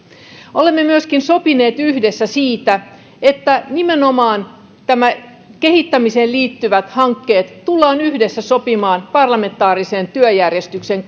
olemme myöskin sopineet yhdessä siitä että nimenomaan kehittämiseen liittyvät hankkeet tullaan yhdessä sopimaan parlamentaarisen työjärjestyksen